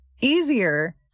easier